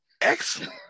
excellent